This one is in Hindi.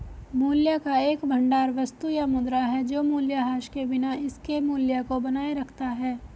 मूल्य का एक भंडार वस्तु या मुद्रा है जो मूल्यह्रास के बिना इसके मूल्य को बनाए रखता है